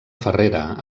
farrera